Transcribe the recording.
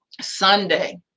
Sunday